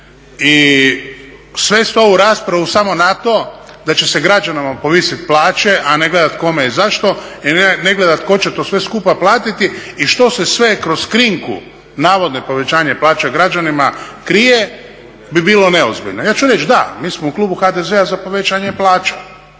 I svesti ovu raspravu samo na to da će se građanima povisit plaće, a ne gledati kome i zašto i ne gledati tko će to sve skupa platiti i što se sve kroz krinku navodne povećanja plaće građanima krije bi bilo neozbiljno. Ja ću reći da, mi smo u klubu HDZ-a za povećanje plaća,